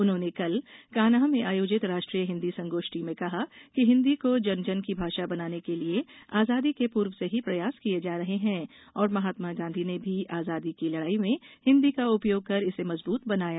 उन्होंने कल कान्हा में आयोजित राष्ट्रीय हिन्दी संगोष्ठी में कहा कि हिन्दी को जन जन की भाषा बनाने के लिए आजादी के पूर्व से ही प्रयास किये जा रहे हैं और महात्मा गांधी ने भी आजादी की लड़ाई में हिन्दी का उपयोग कर इसे मजबूत बनाया